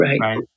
right